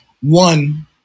one